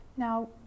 Now